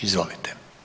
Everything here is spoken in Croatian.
Izvolite.